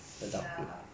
ya